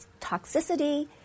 toxicity